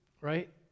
right